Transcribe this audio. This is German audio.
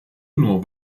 nur